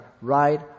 right